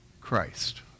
Christ